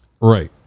Right